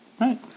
Right